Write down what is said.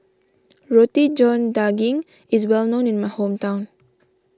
Roti John Daging is well known in my hometown